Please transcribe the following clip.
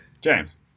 James